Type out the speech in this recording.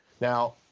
Now